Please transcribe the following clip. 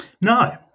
No